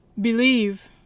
believe